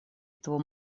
этого